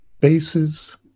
bases